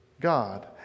God